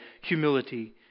humility